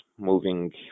Moving